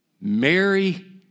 Mary